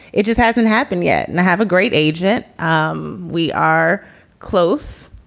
it just hasn't happened yet. and i have a great agent um we are close,